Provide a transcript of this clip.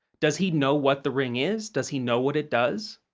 does he know what the ring is? does he know what it does?